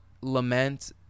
lament